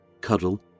cuddle